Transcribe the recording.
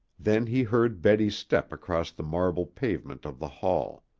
then he heard betty's step across the marble pavement of the hall.